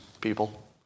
people